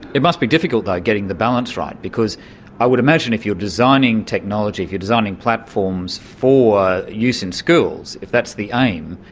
it must be difficult though, getting the balance right, because i would imagine if you're designing technology, if you are designing platforms for use in schools, if that's the aim,